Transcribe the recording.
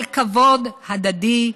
על כבוד הדדי,